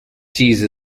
cheese